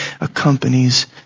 accompanies